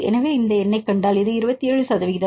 எனவே இந்த எண்ணைக் கண்டால் இது 27 சதவீதம்